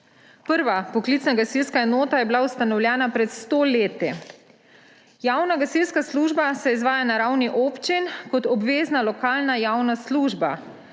Prva poklicna gasilska enota je bila ustanovljena pred 100 leti. Javna gasilska služba se izvaja na ravni občin kot obvezna lokalna javna služba.